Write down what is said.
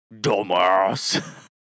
dumbass